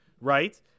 right